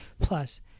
Plus